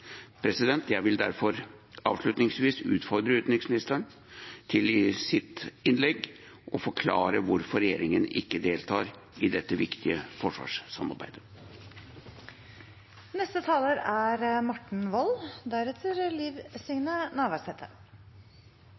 Jeg vil derfor avslutningsvis utfordre utenriksministeren til i sitt innlegg å forklare hvorfor regjeringen ikke deltar i dette viktige